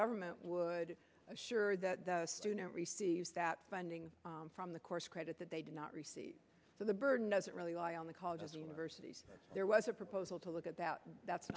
government would assure that the student receives that funding from the course credit that they did not receive so the burden doesn't really lie on the colleges or universities there was a proposal to look at that that's